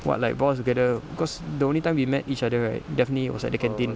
what like bond us together cause the only time we met each other right definitely was at the canteen